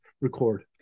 record